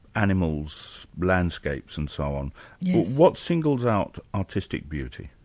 animals, landscapes and so on, but what singles out artistic beauty?